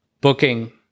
booking